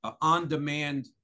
on-demand